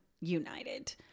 united